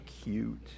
cute